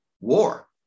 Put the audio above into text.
war